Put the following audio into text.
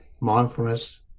mindfulness